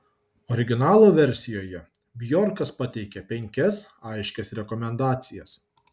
originalo versijoje bjorkas pateikia penkias aiškias rekomendacijas